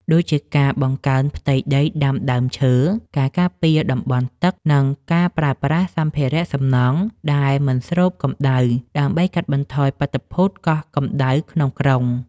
ដូចជាការបង្កើនផ្ទៃដីដាំដើមឈើ ការការពារតំបន់ទឹក និងការប្រើប្រាស់សម្ភារៈសំណង់ដែលមិនស្រូបកម្ដៅ ដើម្បីកាត់បន្ថយបាតុភូតកោះកម្ដៅក្នុងក្រុង។